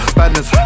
badness